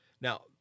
Now